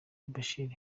bashir